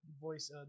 voice